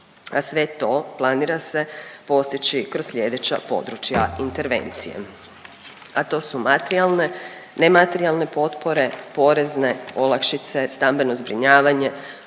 a sve to planira se postići kroz slijedeća područja intervencije, a to su materijalne, nematerijalne potpore, porezne olakšice, stambeno zbrinjavanje,